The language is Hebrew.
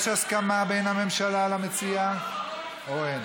יש הסכמה בין הממשלה למציעה או אין?